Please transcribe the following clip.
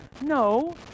No